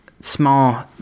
small